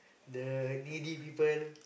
the needy people